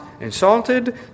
insulted